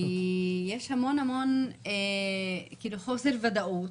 כי יש המון חוסר ודאות,